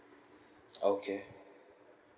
okay